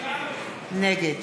נגד